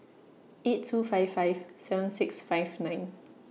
eight two five five seven six five nine